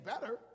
better